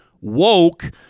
Woke